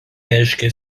reiškia